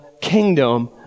kingdom